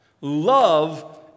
Love